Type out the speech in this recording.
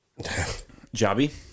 Jobby